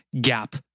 gap